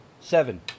seven